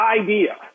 idea